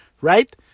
right